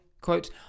quote